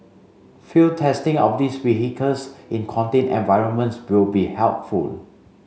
field testing of these vehicles in contained environments will be helpful